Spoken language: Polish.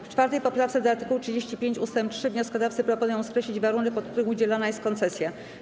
W 4. poprawce do art. 35 ust. 3 wnioskodawcy proponują skreślić warunek, pod którym udzielana jest koncesja.